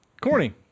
Corny